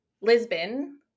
Lisbon